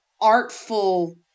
artful